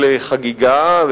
של חגיגה,